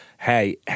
hey